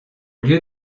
lieu